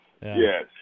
yes